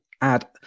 add